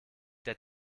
der